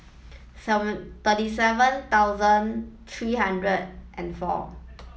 seven thirty seven thousand three hundred and four